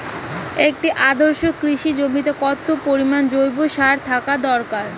একটি আদর্শ কৃষি জমিতে কত পরিমাণ জৈব সার থাকা দরকার?